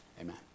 Amen